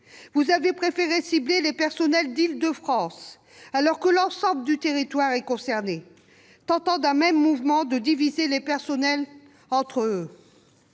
Vous avez préféré cibler les personnels d'Île-de-France alors que l'ensemble du territoire est concerné, tentant ainsi de diviser les personnels entre eux.